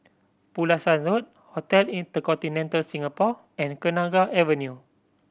Pulasan Road Hotel InterContinental Singapore and Kenanga Avenue